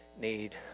need